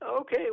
Okay